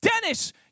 Dennis